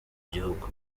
gihugu